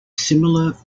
similar